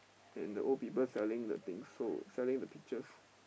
and the old people selling the things so selling the pictures